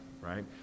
right